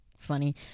funny